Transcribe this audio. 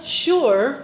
sure